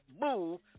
move